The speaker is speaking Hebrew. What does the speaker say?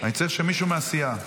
אני צריך מישהו מהסיעה.